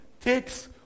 takes